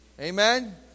Amen